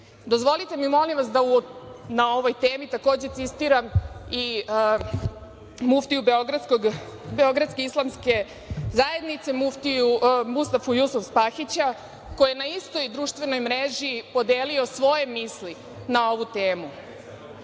velike. Dozvolite mi molim vas da na ovoj temi takođe citiram i muftiju Beogradske islamske zajednice, Mustafu Jusufspahića koji je na istoj društvenoj mreži podelio svoje misli na ovu temu: